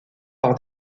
par